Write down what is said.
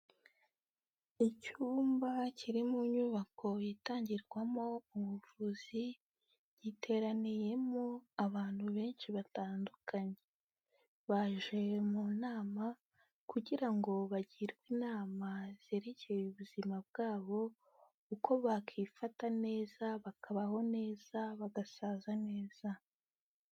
Icyumba kiri mu nyubako itangirwamo ubuvuzi giteraniyemo abantu benshi batandukanye, baje mu nama kugira ngo bagirwe inama zerekeye ubuzima bwabo uko bakifata neza bakabaho neza bagasaza neza.